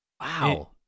Wow